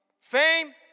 Fame